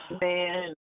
Man